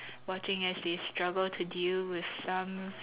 watching as they struggle to deal with some